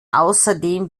außerdem